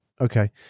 Okay